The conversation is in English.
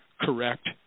correct